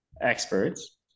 Experts